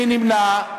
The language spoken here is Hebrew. מי נמנע?